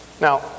Now